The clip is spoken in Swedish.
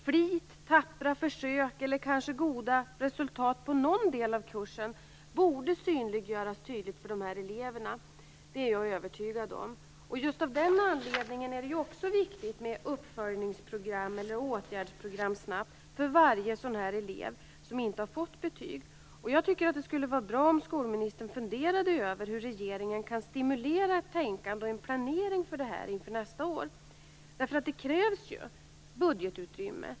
Flit, tappra försök eller kanske goda resultat på någon del av kursen borde synliggöras tydligt för de här eleverna. Det är jag övertygad om. Just av den anledningen är det också viktigt att snabbt sätta in åtgärdsprogram för varje elev som inte har fått betyg. Jag tycker att det skulle vara bra om skolministern funderade över hur regeringen kan stimulera en planering för detta inför nästa år. Det krävs ju budgetutrymme.